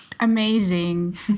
amazing